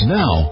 now